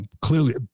Clearly